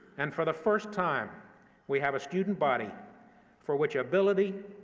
and for the first time we have a student body for which ability,